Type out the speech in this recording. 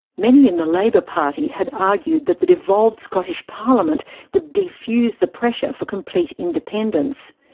many in the labour party had argued that the devolved scottish parliament would defuse the pressure for complete independence.